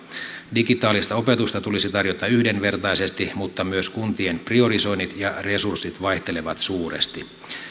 digitaalista opetusta tulisi tarjota yhdenvertaisesti mutta myös kuntien priorisoinnit ja resurssit vaihtelevat suuresti